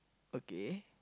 okay